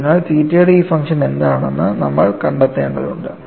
അതിനാൽ തീറ്റയുടെ ഈ ഫംഗ്ഷൻ എന്താണെന്ന് നമ്മൾ കണ്ടെത്തേണ്ടതുണ്ട്